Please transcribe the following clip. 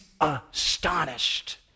astonished